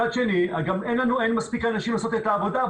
מצד שני גם אין מספיק אנשים לעשות את העבודה,